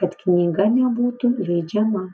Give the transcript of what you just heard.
kad knyga nebūtų leidžiama